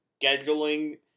scheduling